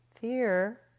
Fear